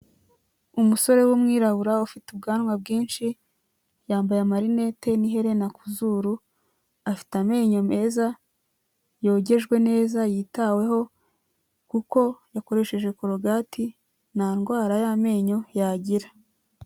umusore w'umwirabura ufite ubwanwa bwinshi yambaye amarinete n'iherena kuzuru afite amenyo meza yogejwe neza yitaweho kuko yakoresheje korogati nta ndwara y'amenyo yagira.